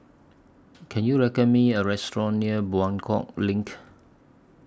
Can YOU recommend Me A Restaurant near Buangkok LINK